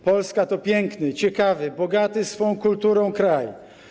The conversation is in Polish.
Polska to piękny, ciekawy, bogaty swą kulturą kraj.